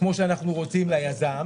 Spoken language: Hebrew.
כמו שאנחנו רוצים ליזם,